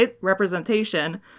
representation